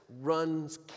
Runs